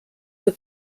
were